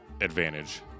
advantage